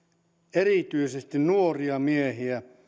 erityisesti nuoria miehiä